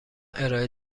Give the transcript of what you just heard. ارائه